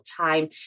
time